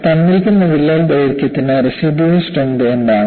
തന്നിരിക്കുന്ന വിള്ളൽ ദൈർഘ്യത്തിന് റസിഡ്യൂവൽ സ്ട്രെങ്ത് എന്താണ്